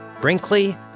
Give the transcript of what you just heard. Brinkley